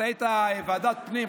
אתה היית יושב-ראש ועדת פנים,